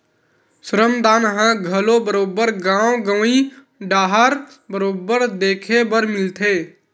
श्रम दान ह घलो बरोबर गाँव गंवई डाहर बरोबर देखे बर मिलथे